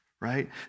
Right